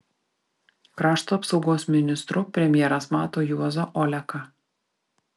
krašto apsaugos ministru premjeras mato juozą oleką